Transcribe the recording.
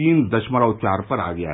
तीन दशमलव चार पर आ गया है